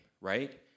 right